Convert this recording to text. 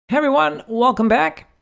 everyone. welcome back.